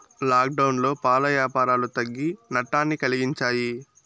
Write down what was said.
లాక్డౌన్లో పాల యాపారాలు తగ్గి నట్టాన్ని కలిగించాయి